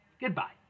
Goodbye